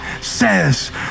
says